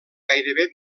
gairebé